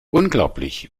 unglaublich